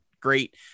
Great